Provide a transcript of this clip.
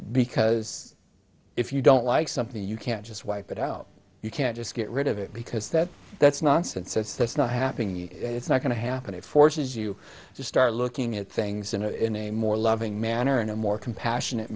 because if you don't like something you can't just wipe it out you can't just get rid of it because that that's nonsense that's that's not happening it's not going to happen it forces you to start looking at things in a in a more loving manner in a more compassionate